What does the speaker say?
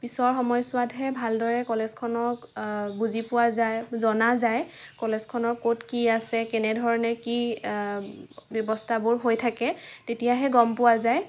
পিছৰ সময়চোৱাতহে ভালদৰে কলেজখনক বুজি পোৱা যায় জনা যায় কলেজখনৰ ক'ত কি আছে কেনেধৰণে কি ব্যৱস্থাবোৰ হৈ থাকে তেতিয়াহে গম পোৱা যায়